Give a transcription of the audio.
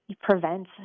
prevent